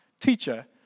Teacher